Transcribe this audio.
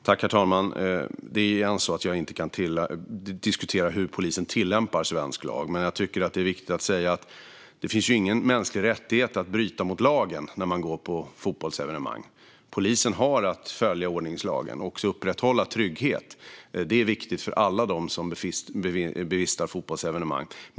Herr talman! Återigen: Jag kan inte diskutera hur polisen tillämpar svensk lag. Men jag tycker att det är viktigt att säga att det inte finns någon mänsklig rättighet att bryta mot lagen när man går på fotbollsevenemang. Polisen har att följa ordningslagen och att upprätthålla trygghet. Det är viktigt för alla som bevistar fotbollsevenemang.